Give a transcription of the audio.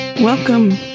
Welcome